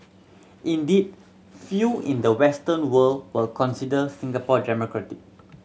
indeed few in the Western world will consider Singapore